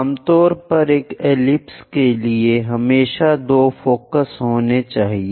आमतौर पर एक एलिप्स के लिए हमेशा 2 फोकस होना चाहिए